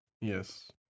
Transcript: Yes